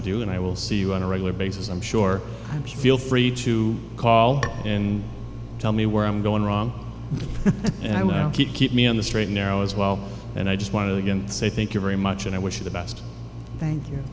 with you and i will see you on a regular basis i'm sure i'm feel free to call and tell me where i'm going wrong and i will keep keep me on the straight and narrow as well and i just want to get it so i think you very much and i wish you the best thank y